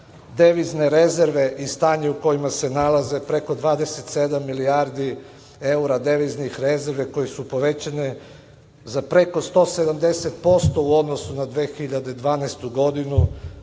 devizne rezerve i stanje u kojima se nalaze preko 27 milijardi evra deviznih rezervi koje su povećane za preko 170% u odnosu na 2012. godinu,